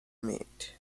meat